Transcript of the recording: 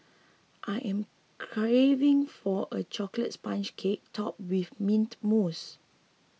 I am craving for a Chocolate Sponge Cake Topped with Mint Mousse